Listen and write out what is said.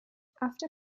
after